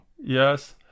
yes